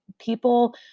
people